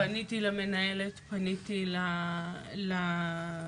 פניתי למנהלת, פניתי למחנכת,